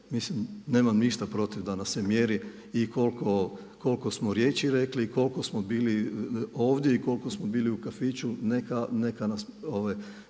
Mislim, nemam ništa protiv da nam se mjeri i koliko smo riječi rekli, koliko smo bili ovdje i koliko smo bili u kafiću, neka nas